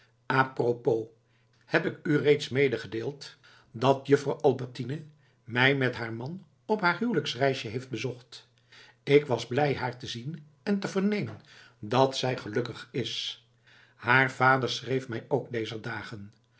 propos heb ik u reeds medegedeeld dat juffrouw albertine mij met haar man op haar huwelijksreisje heeft bezocht k was blij haar te zien en te vernemen dat zij gelukkig is haar vader schreef mij ook dezer dagen